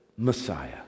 Messiah